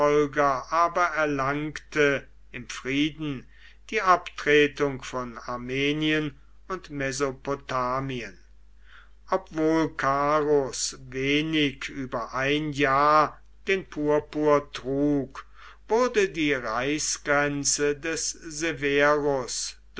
aber erlangte im frieden die abtretung von armenien und mesopotamien obwohl carus wenig über ein jahr den purpur trug wurde die reichsgrenze des